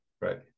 right